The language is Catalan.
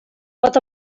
pot